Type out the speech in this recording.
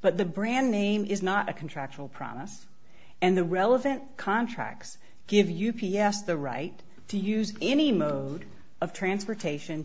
but the brand name is not a contractual promise and the relevant contracts give you p s the right to use any mode of transportation